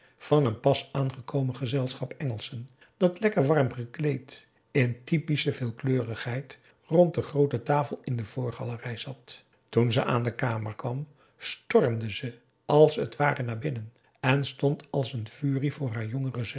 van een pas aangekomen gezelschap engelschen dat lekker warm gekleed in typische veelkleurigheid rond de groote tafel in de voorgalerij zat toen ze aan de kamer kwam stormde ze als het ware naar binnen en stond als een furie voor haar jongere